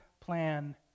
plan